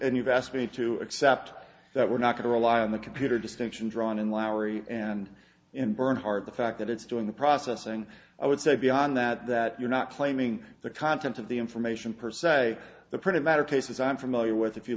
and you've asked me to accept that we're not going to rely on the computer distinction drawn in lowry and in bernhard the fact that it's doing the processing i would say beyond that that you're not claiming the content of the information per se the printed matter cases i'm familiar with if you